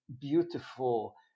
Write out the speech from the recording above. beautiful